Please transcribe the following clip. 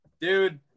Dude